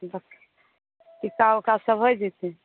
ई सब ओकरासँ भए जैतै